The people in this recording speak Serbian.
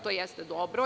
To jeste dobro.